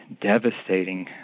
devastating